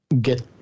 get